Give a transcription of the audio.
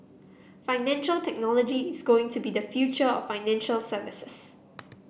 financial technology is going to be the future of financial services